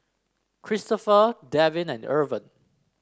Cristofer Devin and Irven